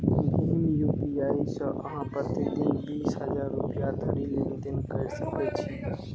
भीम UPI सं अहां प्रति दिन बीस हजार रुपैया धरि लेनदेन कैर सकै छी